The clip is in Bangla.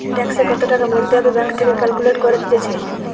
ট্যাক্সে কত টাকা ভরতে হবে ব্যাঙ্ক থেকে ক্যালকুলেট করে দিতেছে